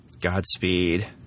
Godspeed